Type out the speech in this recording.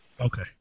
Okay